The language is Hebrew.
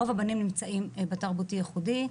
רוב הבנים בתרבותי ייחודי,